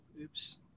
Oops